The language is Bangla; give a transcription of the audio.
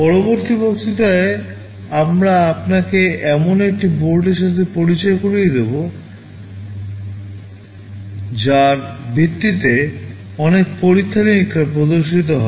পরবর্তী বক্তৃতায় আমরা আপনাকে এমন একটি বোর্ডের সাথে পরিচয় করিয়ে দেব যার ভিত্তিতে অনেক পরীক্ষা নিরীক্ষা প্রদর্শিত হবে